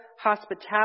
hospitality